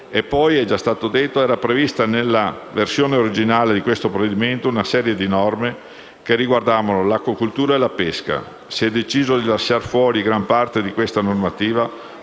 come è già stato detto, era prevista nella versione originale di questo provvedimento una serie di norme in tema di acquacoltura e pesca; si è deciso di lasciar fuori gran parte di tale normativa